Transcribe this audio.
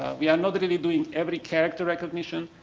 we are not really doing every character recognition,